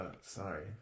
sorry